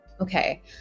okay